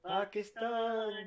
Pakistan